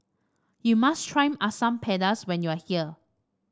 you must try Asam Pedas when you are here